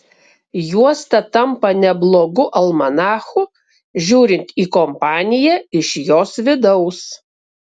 juosta tampa neblogu almanachu žiūrint į kompaniją iš jos vidaus